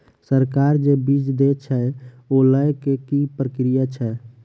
सरकार जे बीज देय छै ओ लय केँ की प्रक्रिया छै?